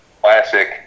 classic